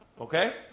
okay